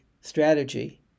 strategy